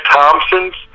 Thompson's